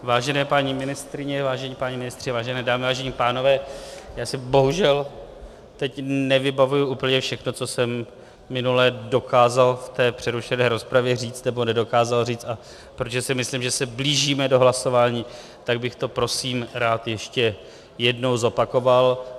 ... vážené paní ministryně, vážení páni ministři, vážené dámy, vážení pánové, já si bohužel teď nevybavuji úplně všechno, co jsem minule dokázal v té přerušené rozpravě říct nebo nedokázal říct, a protože si myslím, že se blížíme do hlasování, tak bych to prosím rád ještě jednou zopakoval.